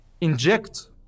inject